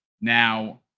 Now